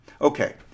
Okay